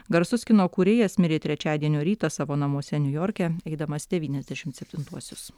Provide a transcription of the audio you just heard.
garsus kino kūrėjas mirė trečiadienio rytą savo namuose niujorke eidamas devyniasdešimt septintuosius